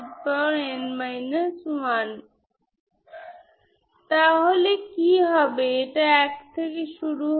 সুতরাং আমি তৃতীয় প্রকারের উদাহরণ দেখতে চেষ্টা করব সিঙ্গুলার স্টর্ম লিওভিলে সিস্টেম